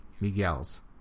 Miguel's